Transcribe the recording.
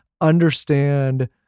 understand